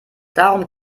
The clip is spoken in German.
darum